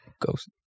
Ghost